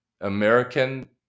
American